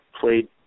played